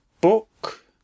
book